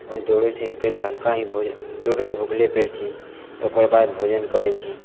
आओर दौड़ैसे भी पहिले हल्का ही भोजन दौड़ै तऽ भुखले पेट छी तऽ ओकरबाद भोजन करै छी